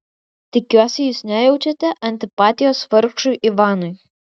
tikiuosi jūs nejaučiate antipatijos vargšui ivanui